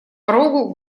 порогу